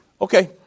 Okay